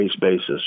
basis